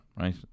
Right